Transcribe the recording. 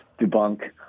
debunk